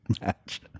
match